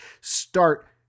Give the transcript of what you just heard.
Start